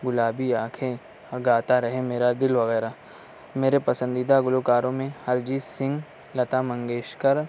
گلابی آنکھیں اور گاتا رہے میرا دِل وغیرہ میرے پسندیدہ گلوکاروں میں ہرجیت سنگھ لتا منگیشکر